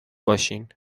باشین